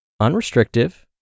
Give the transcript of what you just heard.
unrestrictive